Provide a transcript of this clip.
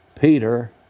Peter